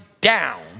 down